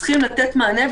צריכים לתת מענה,